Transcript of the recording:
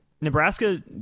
Nebraska